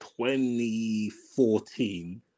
2014